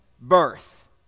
birth